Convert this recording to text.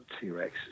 T-Rex